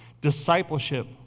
Discipleship